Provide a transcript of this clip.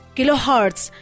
Kilohertz